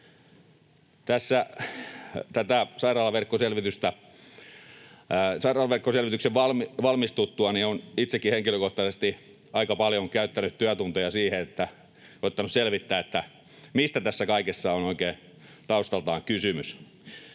Sairaalaverkkoselvityksen valmistuttua olen itsekin henkilökohtaisesti aika paljon käyttänyt työtunteja siihen, että olen koettanut selvittää, mistä tässä kaikessa on oikein taustaltaan kysymys.